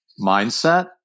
mindset